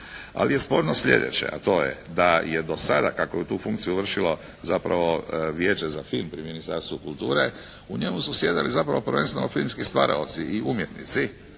Ali je sporno sljedeće, a to je da je do sada kako je tu funkciju vršilo zapravo Vijeće za film pri Ministarstvu kulture u njemu su sjedili zapravo prvenstveno filmski stvaraoci i umjetnici,